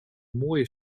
mooie